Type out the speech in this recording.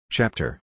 Chapter